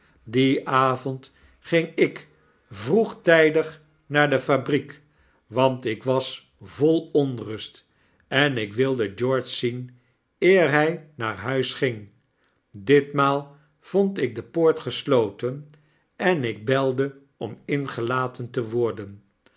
dien avond ging ik vroegtijdig naar de fabriek want ik was vol onrust en ik wilde george zien eer hy naar huis ging ditmaal vond ik de poort gesloten en ik beide om ingelaten te worden